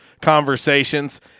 conversations